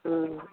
ம்